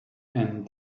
and